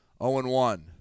0-1